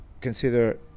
consider